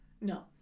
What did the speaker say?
No